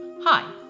Hi